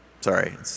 sorry